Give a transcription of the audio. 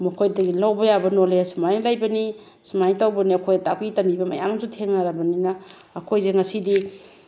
ꯃꯈꯣꯏꯗꯒꯤ ꯂꯧꯕ ꯌꯥꯕ ꯅꯣꯂꯦꯖ ꯁꯨꯃꯥꯏꯅ ꯂꯩꯕꯅꯤ ꯁꯨꯃꯥꯏꯅ ꯇꯧꯕꯅꯤ ꯑꯩꯈꯣꯏ ꯇꯥꯛꯄꯤ ꯇꯝꯕꯤꯕ ꯃꯌꯥꯝ ꯑꯃꯁꯨ ꯊꯦꯡꯅꯔꯕꯅꯤꯅ ꯑꯩꯈꯣꯏꯁꯦ ꯉꯁꯤꯗꯤ